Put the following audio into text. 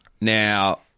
Now